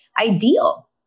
ideal